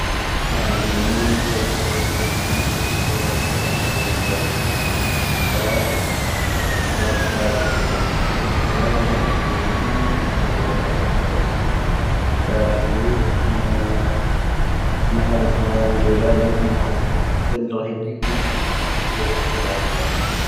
ⴰⵀⴰⵍⵉⵢⴰⵏ ⵢⴰ ⵀⴻvⴰⵍⵉⵢⴰⵏ ⵢⴰ ⴰⵜⵡⴰⴰⵙⴰ ⵙⴰⵔⵡⵉⵢⴰⵏ ⵏⵉⵜⴰⵔ ⴰⴳ ⵜⴰⴼⵍoⵓⵜ. ⵀⴰⵣⴰⵔ ⵏⴰⴽoⵏⴰⵏ ⴻⴽ ⵎⴻⵢⴰⴳⴰⴷⴰⵔ ⴰⵙⴰⵔⵉⵙ ⵜⴰⴼⵍoⵓⵜ ⵏⴰ ⵏⴰⵀⵔⴰⵜⵡⴰⴰⵏ ⴷⵉⵔⴰⵏⵉⵏ ⵡⴰ ⵏⵔⴰⵜⴰⴼⵍⵓⵜ ⵏⵔⴰⵀⵉⵜⵉⵢⴰⵜ ⵙⵉⵍⴰⴽ ⵏⴰ ⵇⴰⵡⴰⴷⵉ.